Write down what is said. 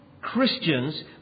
Christians